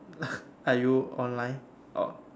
are you online or